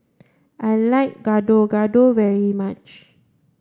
I like Gado Gado very much